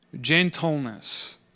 gentleness